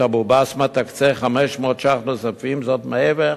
אבו-בסמה תקצה 500 ש"ח נוספים ש"ח זאת מעבר